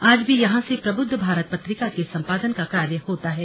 आज भी यहां से प्रबुद्ध भारत पत्रिका के सम्पादन का कार्य होता है